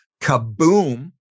kaboom